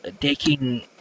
taking